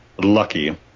lucky